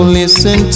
listen